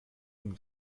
und